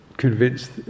Convinced